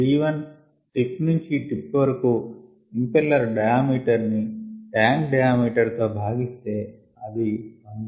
D I tip నుంచి tip వరకు impeller diameter ని ట్యాంక్ డయామీటర్ తో భాగిస్తే అది ⅓